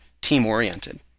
team-oriented